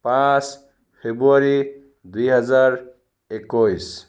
পাঁচ ফেব্ৰুৱাৰী দুই হাজাৰ একৈছ